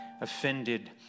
offended